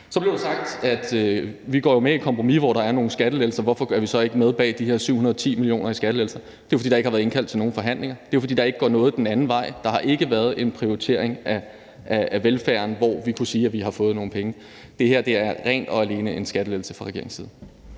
Så blev der sagt, at vi går med i et kompromis, hvor der er nogle skattelettelser, og hvorfor vi så ikke er med i forhold til de her 710 mio. kr. i skattelettelser. Det er jo, fordi der ikke har været indkaldt til nogen forhandlinger, og det er, fordi der ikke går noget den anden vej. Der har ikke været en prioritering af velfærden, hvor vi kunne sige, at vi har fået nogle penge, men det her er ene og alene en skattelettelse fra regeringens side.